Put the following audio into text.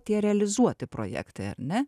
tie realizuoti projektai ar ne